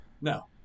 No